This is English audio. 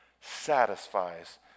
satisfies